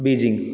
Beijing